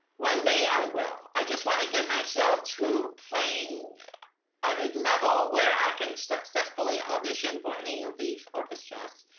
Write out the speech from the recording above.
one day i will. i just want to give myself to playing at a level where i can successfully audition for any of these orchestras.